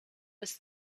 was